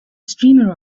streamer